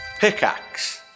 Pickaxe